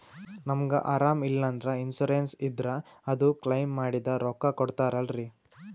ನಮಗ ಅರಾಮ ಇಲ್ಲಂದ್ರ ಇನ್ಸೂರೆನ್ಸ್ ಇದ್ರ ಅದು ಕ್ಲೈಮ ಮಾಡಿದ್ರ ರೊಕ್ಕ ಕೊಡ್ತಾರಲ್ರಿ?